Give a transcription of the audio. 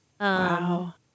Wow